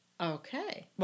Okay